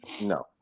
No